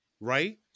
right